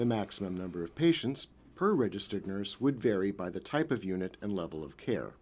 the maximum number of patients per registered nurse would vary by the type of unit and level of care